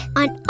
on